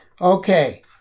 Okay